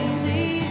see